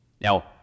Now